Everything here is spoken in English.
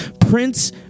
Prince